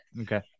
okay